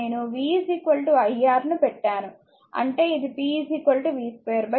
ను పెట్టాను అంటే అది p v2 R